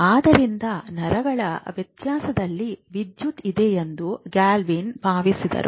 ಆದ್ದರಿಂದ ನರಗಳ ವ್ಯವಸ್ಥೆಯಲ್ಲಿ ವಿದ್ಯುತ್ ಇದೆ ಎಂದು ಗಾಲ್ವಾನಿ ಭಾವಿಸಿದ್ದರು